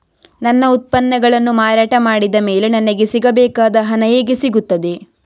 ನನ್ನ ಉತ್ಪನ್ನಗಳನ್ನು ಮಾರಾಟ ಮಾಡಿದ ಮೇಲೆ ನನಗೆ ಸಿಗಬೇಕಾದ ಹಣ ಹೇಗೆ ಸಿಗುತ್ತದೆ?